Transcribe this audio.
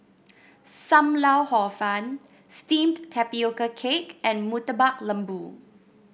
Sam Lau Hor Fun steamed Tapioca Cake and Murtabak Lembu